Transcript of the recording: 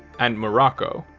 and morocco.